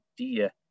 idea